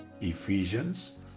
Ephesians